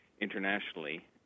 internationally